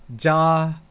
Ja